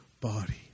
body